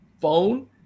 phone